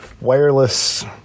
wireless